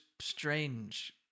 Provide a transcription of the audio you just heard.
strange